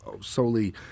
solely